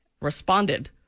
responded